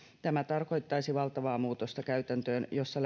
tämä tarkoittaisi valtavaa muutosta käytäntöön jossa